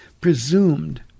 presumed